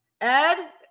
Ed